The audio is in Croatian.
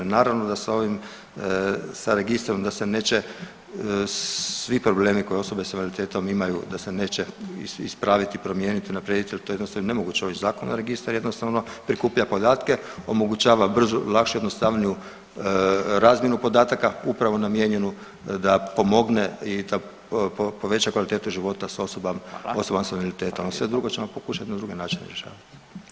Naravno da sa registrom da se neće svi problemi koje osobe s invaliditetom imaju da se neće ispraviti, promijeniti, unaprijediti jel to je dosta nemoguće … registar jednostavno prikuplja podatke, omogućava bržu, lakšu i jednostavniju razmjenu podataka upravo namijenjenu da pomogne i da poveća kvalitetu života osobama s invaliditetom [[Upadica Radin: Hvala.]] sve drugo ćemo pokušati na drugi način rješavati.